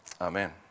Amen